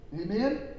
Amen